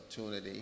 opportunity